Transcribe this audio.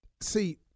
See